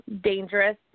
dangerous